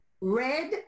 Red